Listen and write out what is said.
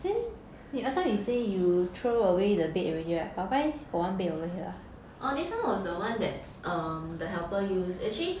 orh this one was the one that um the helper use actually